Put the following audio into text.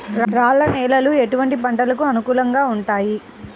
రాళ్ల నేలలు ఎటువంటి పంటలకు అనుకూలంగా ఉంటాయి?